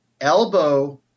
elbow